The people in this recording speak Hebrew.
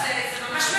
לא, זה ממש לא נעים.